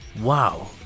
wow